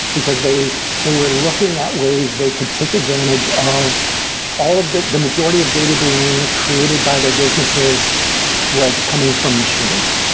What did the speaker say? because they they were looking at ways they could take advantage of all of the the majority of data being created by their businesses was coming from machines,